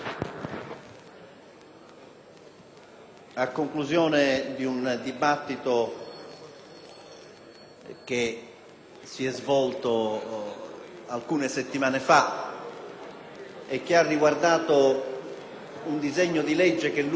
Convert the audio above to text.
a conclusione di un dibattito che si è svolto alcune settimane fa e che ha riguardato un disegno di legge che lungo la strada